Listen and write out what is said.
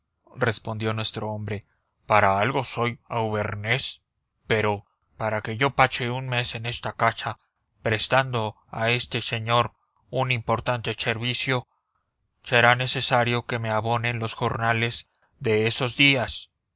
me falta respondió nuestro hombre para algo soy auvernés pero para que yo pase un mes en esta casa prestando a este señor un importante servicio será necesario que me abonen los jornales de esos días